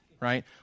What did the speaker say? right